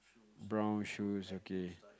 brown shoes okay